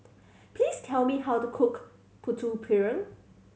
please tell me how to cook Putu Piring